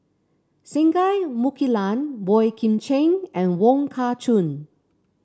Singai Mukilan Boey Kim Cheng and Wong Kah Chun